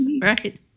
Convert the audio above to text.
Right